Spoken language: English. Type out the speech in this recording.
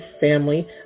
family